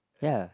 ya